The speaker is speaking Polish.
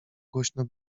głośno